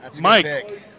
Mike